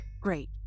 Great